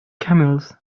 camels